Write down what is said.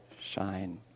shine